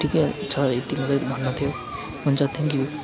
अन्त छ यति मात्रै भन्नु थियो हुन्छ थ्याङ्क यू